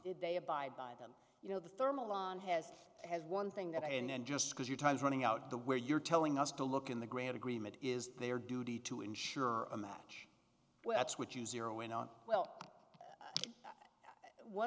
they abide by them you know the thermal on has has one thing that i and then just because your time's running out the where you're telling us to look in the grant agreement is their duty to ensure a match well